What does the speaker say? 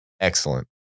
excellent